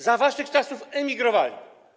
Za waszych czasów emigrowali.